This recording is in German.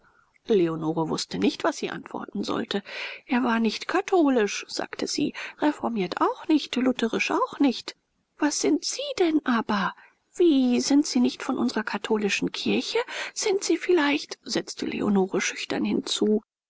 leonore wußte nicht was sie antworten sollte er war nicht katholisch sagte sie reformiert auch nicht lutherisch auch nicht was sind sie denn aber wie sind sie nicht von unserer katholischen kirche sind sie vielleicht setzte leonore schüchtern hinzu